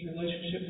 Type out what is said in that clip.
relationship